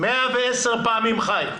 110 פעמים חי.